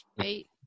eight